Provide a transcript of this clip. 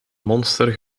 monster